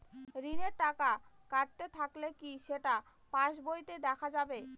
ঋণের টাকা কাটতে থাকলে কি সেটা পাসবইতে দেখা যাবে?